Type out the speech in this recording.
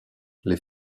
les